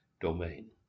domain